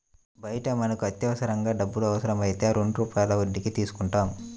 బయట మనకు అత్యవసరంగా డబ్బులు అవసరమైతే రెండు రూపాయల వడ్డీకి తీసుకుంటాం